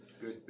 Good